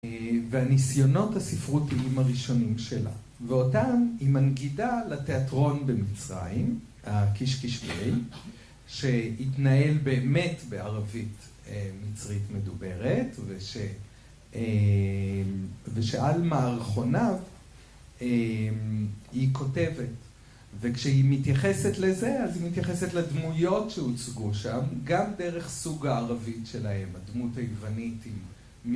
והניסיונות הספרותיים הראשונים שלה. ואותן היא מנגידה לתיאטרון במצרים, הקישקישבייל, שהתנהל באמת בערבית-מצרית מדוברת, ושעל מערכוניו היא כותבת. וכשהיא מתייחסת לזה, אז היא מתייחסת לדמויות שהוצגו שם, גם דרך סוג הערבית שלהם, הדמות היוונית עם מ...